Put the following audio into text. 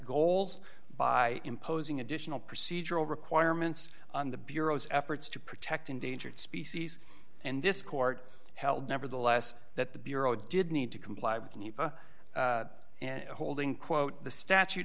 goals by imposing additional procedural requirements on the bureau's efforts to protect endangered species and this court held nevertheless that the bureau did need to comply with the new and holding quote the statu